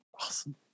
Awesome